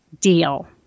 deal